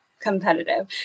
Competitive